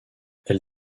elle